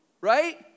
Right